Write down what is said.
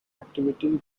activity